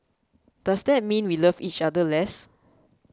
does that mean we love each other less